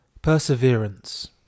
perseverance